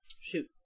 Shoot